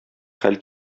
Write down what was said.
хәл